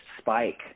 spike